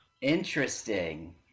Interesting